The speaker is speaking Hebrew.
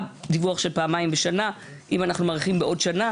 דיווח של פעמיים בשנה אם אנחנו מאריכים בעוד שנה,